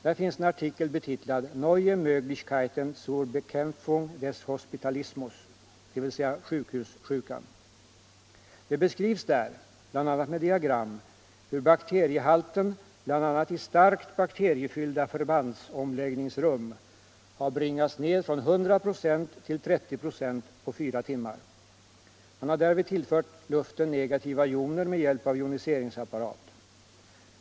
Där finns en artikel betitlad Neue Möglichkeiten zur Bekämpfung des Hospitalismus, dvs. sjukhussjukan. Det beskrives där — bl.a. med diagram —- hur bakteriehalten, t.ex. område 130 i starkt bakteriefyllda förbandsomläggningsrum, har bringats ned från 100 96 till 30 96 på fyra timmar. Man har därvid tillfört luften negativa joner med hjälp av joniseringsapparat.